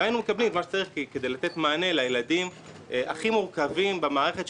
והיינו מקבלים את מה שצריך כדי לתת מענה לילדים הכי מורכבים במערכת,